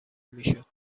میشد